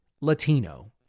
Latino